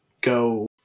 go